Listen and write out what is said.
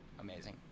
amazing